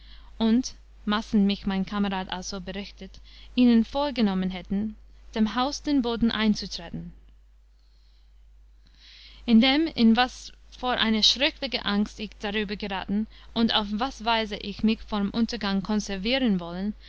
und maßen mich mein kamerad also berichtet ihnen vorgenommen hätten dem haus den boden einzutretten item in was vor eine schröckliche angst ich darüber geraten und auf was weise ich mich vorm untergang konservieren wollen